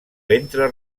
ventre